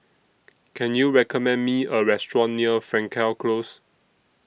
Can YOU recommend Me A Restaurant near Frankel Close